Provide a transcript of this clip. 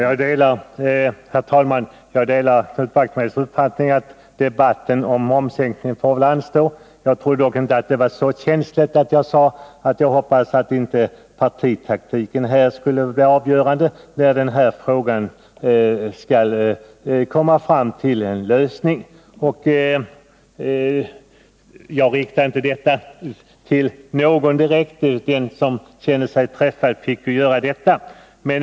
Herr talman! Jag delar Knut Wachtmeisters uppfattning att debatten om momssänkningen bör få anstå. Men jag trodde inte att det var så känsligt, när jag sade att jag hoppas att partitaktiken inte kommer att bli avgörande när frågan skall lösas. Jag riktade mig inte till någon särskild, men den som känner sig träffad får göra det.